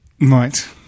Right